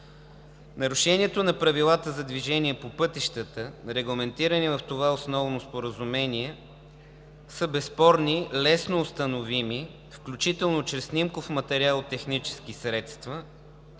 Нарушението на правилата за движение по пътищата, регламентирани в това основно споразумение, са безспорни, лесно установими, включително чрез снимков материал от технически средства,